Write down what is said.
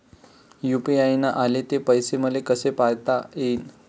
UPI न आले ते पैसे मले कसे पायता येईन?